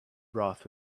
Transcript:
broth